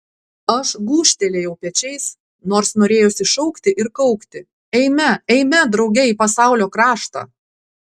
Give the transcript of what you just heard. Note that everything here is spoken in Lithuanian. aš gūžtelėjau pečiais nors norėjosi šaukti ir kaukti eime eime drauge į pasaulio kraštą